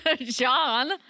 John